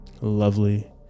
lovely